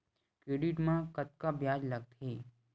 Credit मा कतका ब्याज लगथे?